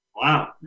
Wow